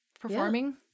performing